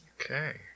Okay